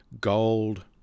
gold